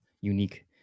unique